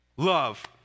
Love